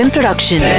Production